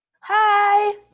Hi